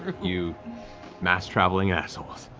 you mass-traveling assholes.